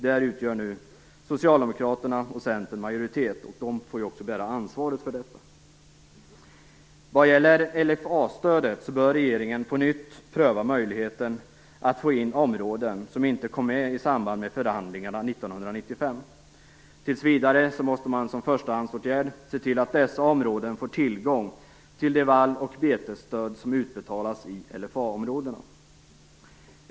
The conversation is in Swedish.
Där utgör Socialdemokraterna och Centern majoritet, och de får också bära ansvaret för detta. När det gäller LFA-stödet bör regeringen på nytt pröva möjligheten att få in områden som inte kom med i samband med förhandlingarna 1995. Tills vidare måste man som förstahandsåtgärd se till att dessa områden får tillgång till det vall och betesstöd som utbetalas i LFA-områdena.